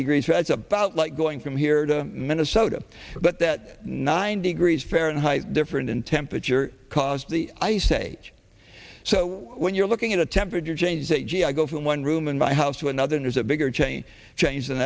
degrees that's about like going from here to minnesota but that nine degrees fahrenheit difference in temperature caused the ice age so when you're looking at a temperature change that gee i go from one room and my house to another has a bigger change